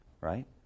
right